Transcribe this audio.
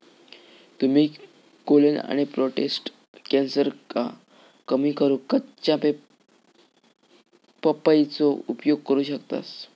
तुम्ही कोलेन आणि प्रोटेस्ट कॅन्सरका कमी करूक कच्च्या पपयेचो उपयोग करू शकतास